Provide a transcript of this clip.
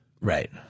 Right